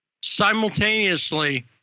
simultaneously